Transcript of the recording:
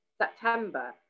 September